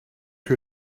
que